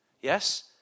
yes